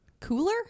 Cooler